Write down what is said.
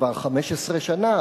כבר 15 שנה,